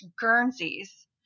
Guernseys